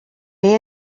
may